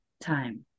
time